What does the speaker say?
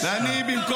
לא למדתם כלום.